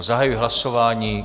Zahajuji hlasování.